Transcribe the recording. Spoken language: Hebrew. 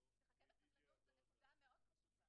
הרווחה והבריאות.